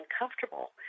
uncomfortable